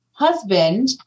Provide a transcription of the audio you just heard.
husband